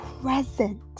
present